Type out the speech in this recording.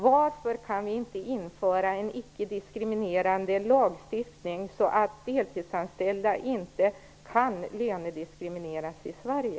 Varför kan vi inte införa en icke-diskriminerande lagstiftning så att deltidsanställda inte kan lönediskrimineras i Sverige?